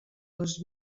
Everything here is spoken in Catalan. les